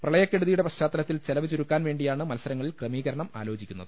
പ്രളയക്കെടുതിയുടെ പശ്ചാത്തലത്തിൽ ചെലവ് ചുരുക്കാൻ വേണ്ടിയാണ് മത്സരങ്ങളിൽ ക്രമീകരണം ആലോചിക്കുന്നത്